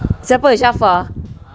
siapa shafa